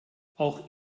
auch